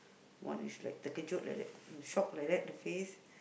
one is like terkejut like that the shocked like that the face